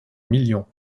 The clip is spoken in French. millions